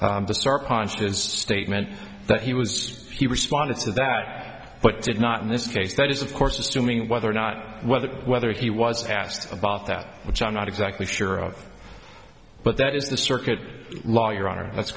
and statement that he was he responded to that but did not in this case that is of course assuming whether or not whether whether he was asked about that which i'm not exactly sure of but that is the circuit law your honor that's